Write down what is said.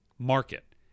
market